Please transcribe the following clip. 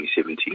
2017